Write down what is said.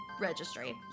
registry